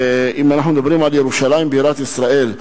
ואם אנחנו מדברים על ירושלים בירת ישראל,